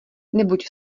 nebuď